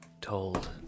told